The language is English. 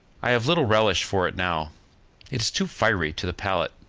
i have little relish for it now it is too fiery to the palate.